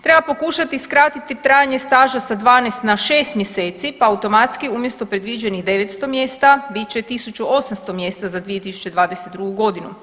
Treba pokušati skratiti trajanje staža s 12 na 6 mjeseci pa automatski umjesto predviđenih 900 mjesta bit će 1800 mjesta za 2022. godinu.